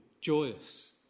joyous